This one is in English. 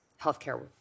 healthcare